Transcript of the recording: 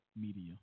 media